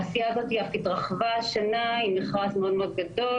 העשייה הזאת אף התרחבה השנה עם מכרז מאוד-מאוד גדול,